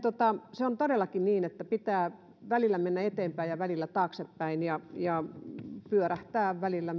se on todellakin niin että pitää välillä mennä eteenpäin ja välillä taaksepäin ja varmasti myös pyörähtää välillä